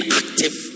active